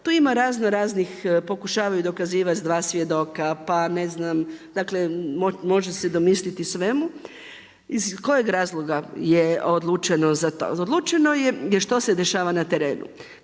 To ima raznoraznih pokušavaju dokazivati sa dva svjedoka, dakle može se domisliti svemu. Iz kojeg razloga je odlučeno za to? Odlučeno je jel što se dešava na terenu.